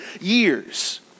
years